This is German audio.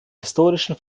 historischen